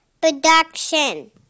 production